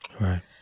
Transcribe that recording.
Right